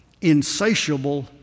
insatiable